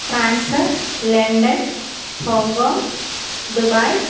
France London Hong Kong Dubai